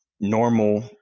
normal